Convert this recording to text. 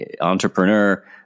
entrepreneur